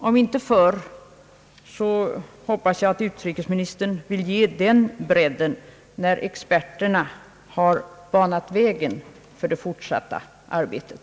Om inte förr så hoppas jag att utrikesministern vill ge den bredden när experterna har banat vägen för det fortsatta arbetet.